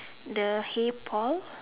the hey Paul